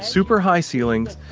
super high ceilings.